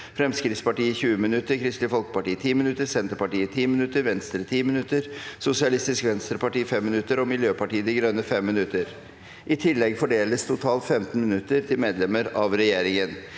Fremskrittspartiet 20 minutter, Kristelig Folkeparti 10 minutter, Senterpartiet 10 minutter, Venstre 10 minutter, Sosialistisk Venstreparti 5 minutter og Miljøpartiet De Grønne 5 minutter. I tillegg fordeles totalt 15 minutter til medlemmer av regjeringen.